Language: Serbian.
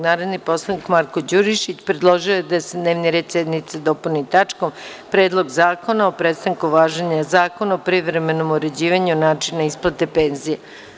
Narodni poslanik Marko Đurišić predložio je da se dnevni red dopuni tačkom – Predlog zakona o prestanku važenja Zakona o privremenom uređivanju i načinu isplate penzija.